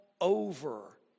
over